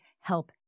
help